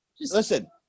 Listen